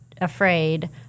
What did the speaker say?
afraid